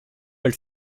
elle